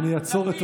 איפה גנץ?